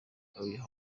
ayiha